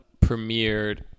premiered